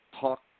talk